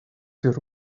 your